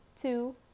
Two